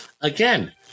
Again